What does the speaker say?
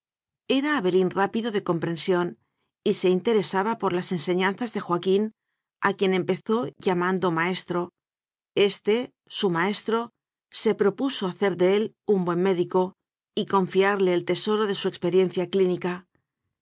era abelín rápido de comprensión y se interesaba por las enseñanzas de joaquín a quien empezó lla mando maestro este su maestro se propu so hacer de él un buen médico y confiarle el tesoro de su experiencia clínica